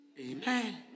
Amen